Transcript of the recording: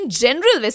general